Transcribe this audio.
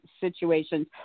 situations